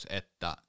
että